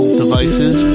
devices